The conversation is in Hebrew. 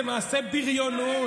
זה מעשה בריונות.